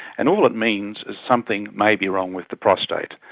and all it means is something may be wrong with the prostate.